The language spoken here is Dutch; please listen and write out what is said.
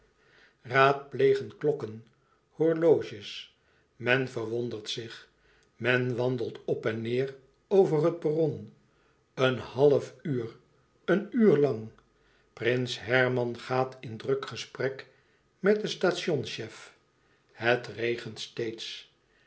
raadplegen klokken horloges men verwondert zich men wandelt e ids aargang op en neêr over het perron een half uur een uur lang prins herman gaat in druk gesprek met den stationchef het regent